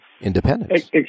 independence